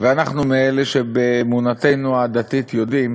ואנחנו מאלה שבאמונתנו הדתית יודעים